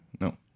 No